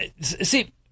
See